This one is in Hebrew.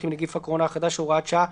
עם נגיף הקורונה החדש (הוראת שעה),